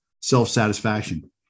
self-satisfaction